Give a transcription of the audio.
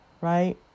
right